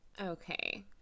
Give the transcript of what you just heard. Okay